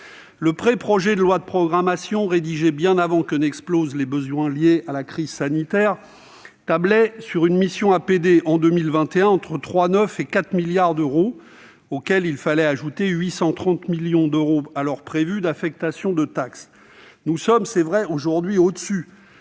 Le pré-projet de loi de programmation, rédigé bien avant que n'explosent les besoins liés la crise sanitaire, tablait sur une mission « Aide publique au développement » pour 2021 entre 3,9 milliards et 4 milliards d'euros, auxquels il fallait ajouter 838 millions d'euros alors prévus d'affectation de taxes. Nous sommes, il est vrai, aujourd'hui au-dessus